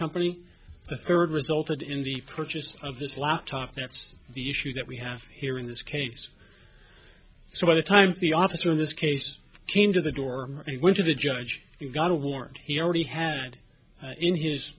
company the third resulted in the purchase of his laptop that's the issue that we have here in this case so by the time the officer in this case came to the door he went to the judge and got a warrant he already had in his